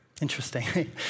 Interesting